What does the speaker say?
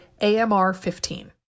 AMR15